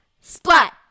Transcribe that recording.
Splat